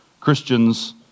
Christians